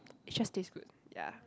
it just tastes good ya